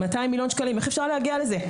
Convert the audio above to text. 200 מיליון שקלים איך אפשר להגיע לזה?